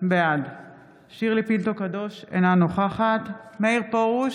בעד שירלי פינטו קדוש, אינה נוכחת מאיר פרוש,